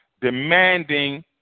demanding